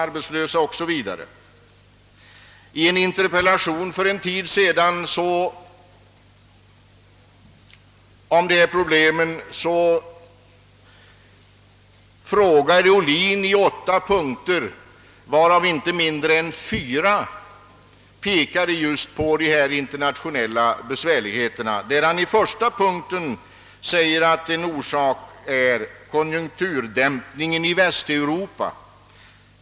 I en interpellation den 8 februari frågade herr Ohlin statsministern om dessa problem, och hans frågor var därvid uppdelade i åtta punkter, varav inte mindre än fyra just berörde de internationella svårigheterna. Herr Ohlin framhöll i den första punkten att en orsak till problemen är konjunkturdämpningen i Västeuropa.